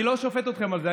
אני לא שופט אתכם על זה.